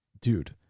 dude